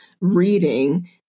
reading